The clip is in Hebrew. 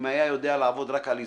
אם היה יודע לעבוד רק על איזון,